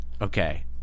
Okay